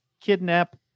kidnap